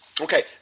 Okay